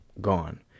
gone